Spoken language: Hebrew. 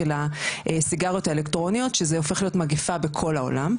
סיגריות אלקטרוניות שזה הופך להיות מגיפה בכל העולם,